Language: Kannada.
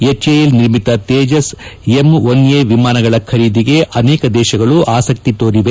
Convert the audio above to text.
ಎಚ್ಎಎಲ್ ನಿರ್ಮಿತ ತೇಜಸ್ ಎಂ ಒನ್ಎ ವಿಮಾನಗಳ ಖರೀದಿಗೆ ಅನೇಕ ದೇಶಗಳು ಆಸಕ್ತಿ ತೋರಿವೆ